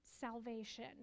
salvation